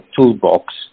toolbox